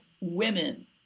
women